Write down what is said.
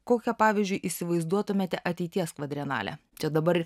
kokio pavyzdžiui įsivaizduotumėte ateities kvadrenalę čia dabar